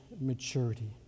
maturity